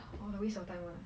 orh the waste of time [one] ah